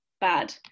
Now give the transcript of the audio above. bad